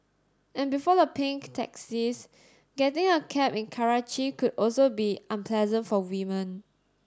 and before the pink taxis getting a cab in Karachi could also be unpleasant for women